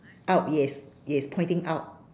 out yes yes pointing out